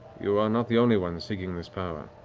you are not the only ones seeking this power.